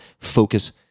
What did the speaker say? focus